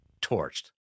torched